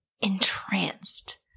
entranced